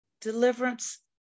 deliverance